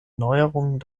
neuerungen